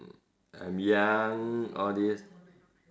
mm I'm young all this